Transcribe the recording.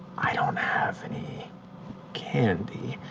i don't have any candy.